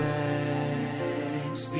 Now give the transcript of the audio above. thanks